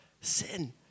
sin